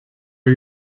are